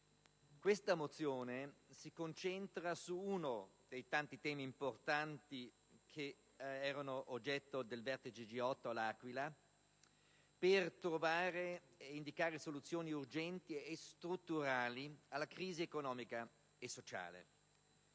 firmatario si concentra su uno dei tanti temi importanti che erano oggetto del vertice G8 a L'Aquila per trovare e indicare soluzioni urgenti e strutturali alla crisi economica e sociale.